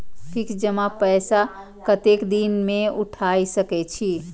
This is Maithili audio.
फिक्स जमा पैसा कतेक दिन में उठाई सके छी?